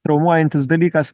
traumuojantis dalykas